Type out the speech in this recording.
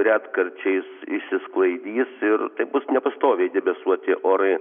retkarčiais išsisklaidys ir tai bus nepastoviai debesuoti orai